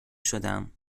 شدم